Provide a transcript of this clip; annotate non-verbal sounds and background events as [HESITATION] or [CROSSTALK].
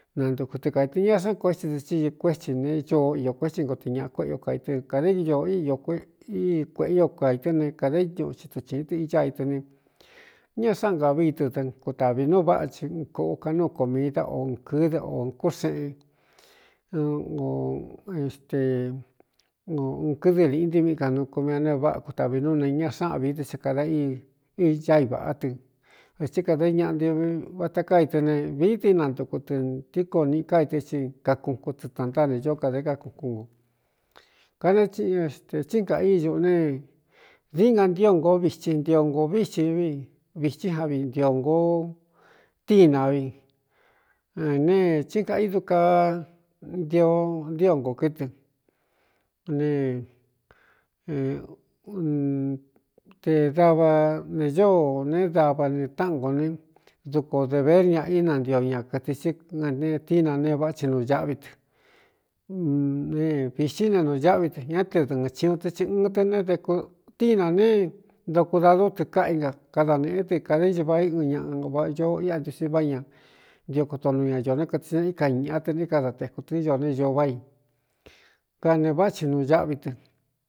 Nantuku tɨ kāitɨ ña sáan ko é ti dɨ tsíɨ kuétsi ne ñoo iō kuétsi nkotɨ ñaꞌa kuéꞌe o ka i tɨ kāda oo íō kuíi kuēꞌe io kaitɨ́ ne kāda íñuꞌu ci tu xīin tɨ icá itɨ ne ña sáꞌan nkaꞌví i tɨ ɨ kutāvī nú váꞌa ti nkoꞌu ka nú komida o kɨɨ́ de ō kúxeꞌen o eokɨdɨ liꞌi ntimiꞌi ka nu komiꞌ a ne áꞌa kutavī nú ne ña sáꞌan vií dɨ e kāda á i vāꞌá tɨ vaɨ tsí kada i ñaꞌa ntiꞌvi vata ká itɨ ne vií di nantuku tɨ ntíkoo niꞌi ká i tɨ́ i kakukun tɨ tāntáa ne ñoó kada kakuku ngo kane [HESITATION] tsín kaꞌa íñuꞌu ne di nga ntío ngoó vitsi ntio ngo ví xi v vitsí ja viꞌ ntio ngoo tína vinetí kaꞌa i du ka ntio ntío ngo kɨtɨ nete dava ne ñóo ne dava ne táꞌan ngo ne duku ō de vér ña ína ntio ña kɨtɨ í netína ne váꞌa tsi nuu ñaꞌví tɨ ne vītí ne nu ñáꞌví tɨ ñá te dɨ̄ɨɨn ciuun tɨ ti ɨɨn tɨ ne de kutíinā neé ndoku dadú tɨ káꞌai nka kada nēꞌé tɨ kāda íñ vaā i ɨn ñaꞌañoo íꞌa ntusin váꞌ ña ntio koto nu ña ñó né kɨtɨ ña í ka ñīꞌa tɨ ní kada tēku tɨ ño ne ñoo váꞌā i ka ne váꞌa tsi nuu ñáꞌví tɨ.